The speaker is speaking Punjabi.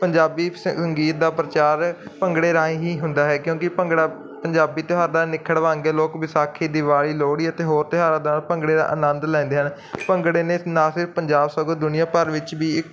ਪੰਜਾਬੀ ਸੰਗੀਤ ਦਾ ਪ੍ਰਚਾਰ ਭੰਗੜੇ ਰਾਹੀਂ ਹੀ ਹੁੰਦਾ ਹੈ ਕਿਉਂਕਿ ਭੰਗੜਾ ਪੰਜਾਬੀ ਤਿਹਾਰ ਦਾ ਅਨਿੱਖੜਵਾਂ ਅੰਗ ਹੈ ਲੋਕ ਵਿਸਾਖੀ ਦਿਵਾਲੀ ਲੋਹੜੀ ਅਤੇ ਹੋਰ ਤਿਉਹਾਰਾਂ ਨਾਲ ਭੰਗੜੇ ਦਾ ਆਨੰਦ ਲੈਂਦੇ ਹਨ ਭੰਗੜੇ ਨੇ ਨਾ ਫਿਰ ਪੰਜਾਬ ਸਗੋਂ ਦੁਨੀਆਂ ਭਰ ਵਿੱਚ ਵੀ